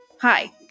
Hi